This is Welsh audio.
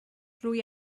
rwy